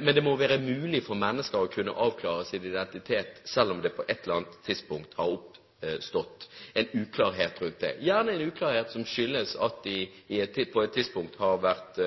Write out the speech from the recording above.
Men det må være mulig for mennesker å avklare sin identitet, selv om det på et eller annet tidspunkt har oppstått en uklarhet rundt det – gjerne en uklarhet som skyldes at de på et tidspunkt har vært